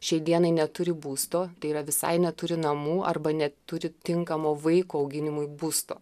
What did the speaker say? šiai dienai neturi būsto tai yra visai neturi namų arba neturi tinkamo vaiko auginimui būsto